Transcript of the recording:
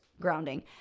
grounding